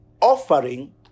offering